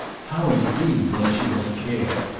how indeed then she must care!